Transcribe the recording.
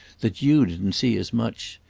that you didn't see as much.